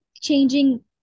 changing